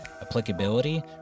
applicability